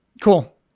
cool